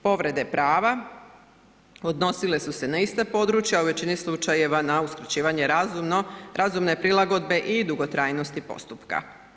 Povrede prava odnosile su se na ista područja u većini slučajeva na usklađivanje razumne prilagodbe i dugotrajnosti postupka.